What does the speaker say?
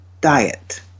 diet